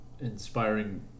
inspiring